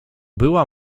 była